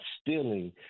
stealing